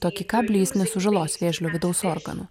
tokį kablį jis nesužalos vėžlio vidaus organų